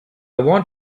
want